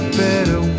better